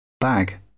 Bag